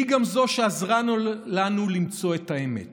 והיא גם זו שעזרה לנו למצוא את האמת